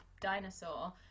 dinosaur